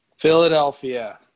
Philadelphia